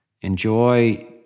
Enjoy